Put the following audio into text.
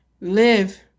Live